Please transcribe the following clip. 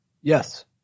Yes